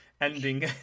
ending